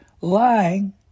lying